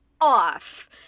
off